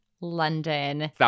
London